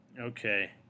Okay